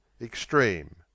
extreme